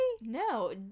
No